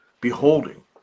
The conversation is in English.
beholding